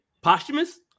posthumous